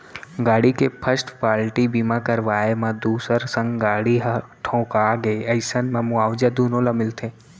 गाड़ी के first party बीमा करवाब म दूसर संग गाड़ी ह ठोंका गे अइसन म मुवाजा दुनो ल मिलथे